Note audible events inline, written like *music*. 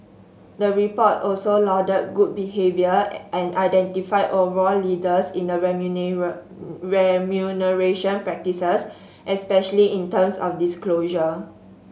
the report also lauded good behaviour and identified overall leaders in a *unintelligible* remuneration practices especially in terms of disclosure